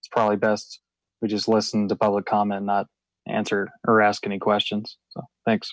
it's probably best we just listen to public comment not answer or ask an questions thanks